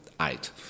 eight